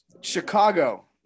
Chicago